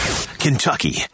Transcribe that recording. Kentucky